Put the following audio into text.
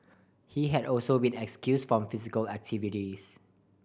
he had also been excused from physical activities